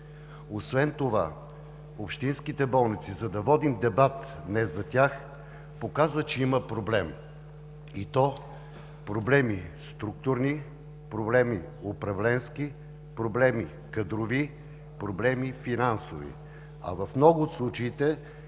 Освен това, общинските болници, за да водим дебат днес за тях, показва, че имат проблем и то проблеми структурни, проблеми управленски, проблеми кадрови, проблеми финансови, а в много от случаите